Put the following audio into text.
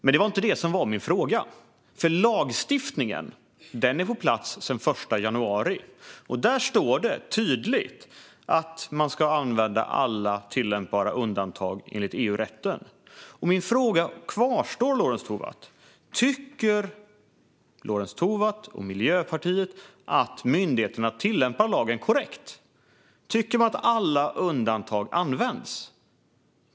Men det var inte det som var min fråga. Lagstiftningen är nämligen på plats sedan den 1 januari, och där står det tydligt att man ska använda alla tillämpbara undantag enligt EU-rätten. Min fråga kvarstår: Tycker Lorentz Tovatt och Miljöpartiet att myndigheterna tillämpar lagen korrekt? Tycker man att alla undantag används?